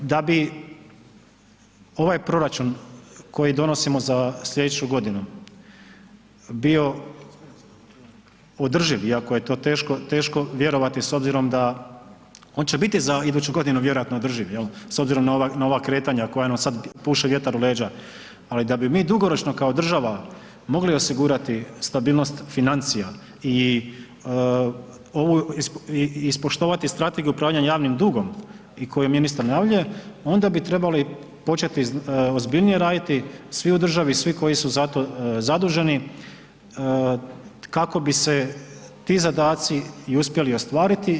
Da bi ovaj proračun koji donosimo za sljedeću godinu bio održiv iako je to teško vjerovati s obzirom da on će biti za iduću godinu vjerojatno održiv s obzirom na ova kretanja koja nam sada puše vjetar u leđa ali da bi mi dugoročno kao država mogli osigurati stabilnost financija i ovu, ispoštovati Strategiju upravljanja javnim dugom i koju ministar najavljuje onda bi trebalo početi ozbiljnije raditi svi u državi, svi koji su za to zaduženi kako bi se ti zadaci i uspjeli ostvariti.